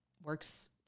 works